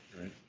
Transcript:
Right